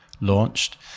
launched